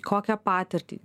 kokią patirtį